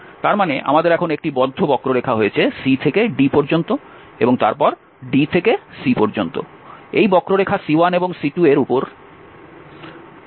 তার মানে আমাদের এখন একটি বদ্ধ বক্ররেখা রয়েছে c থেকে d পর্যন্ত এবং তারপর d থেকে c পর্যন্ত এই বক্ররেখা C1 এবং C2 এর উপর